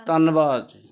ਧੰਨਵਾਦ